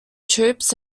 troops